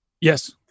Yes